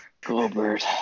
goldberg